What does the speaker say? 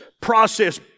process